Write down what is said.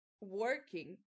working